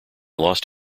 lost